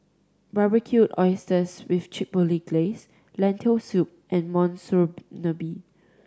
Barbecued Oysters with Chipotle Glaze Lentil Soup and Monsunabe